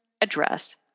address